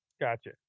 Gotcha